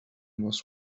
was